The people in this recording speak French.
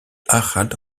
harald